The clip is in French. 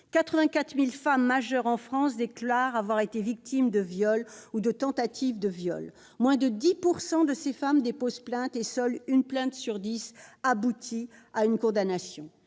84 000 femmes majeures déclarent avoir été victimes de viol ou de tentative de viol. Moins de 10 % de ces femmes déposent plainte, et seule une plainte sur dix aboutit à une condamnation.